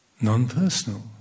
Non-personal